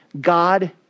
God